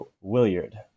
Williard